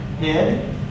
head